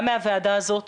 גם מהוועדה הזאת,